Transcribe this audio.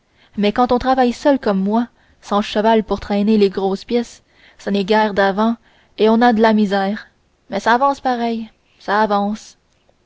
mais quand on travaille seul comme moi sans cheval pour traîner les grosses pièces ça n'est guère d'avant et on a de la misère mai ça avance pareil ça avance